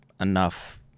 enough